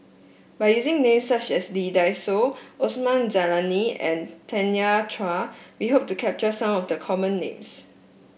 by using names such as Lee Dai Soh Osman Zailani and Tanya Chua we hope to capture some of the common names